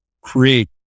create